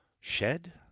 Shed